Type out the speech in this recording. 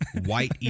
white